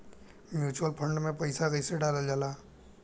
Mutual fund मे पईसा कइसे डालल जाला?